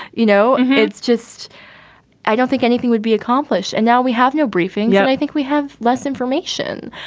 you know, it's just i don't think anything would be accomplished. and now we have no briefing. and i think we have less information.